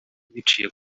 biciye